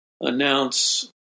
announce